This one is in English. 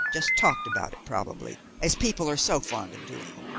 just talked about it, probably, as people are so fond of doing.